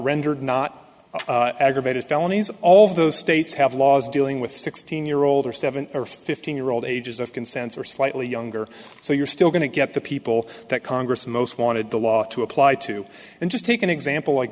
rendered not aggravated felonies all of those states have laws dealing with sixteen year old or seven or fifteen year old ages of consent or slightly younger so you're still going to get the people that congress most wanted the law to apply to and just take an example like